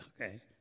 okay